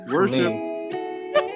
Worship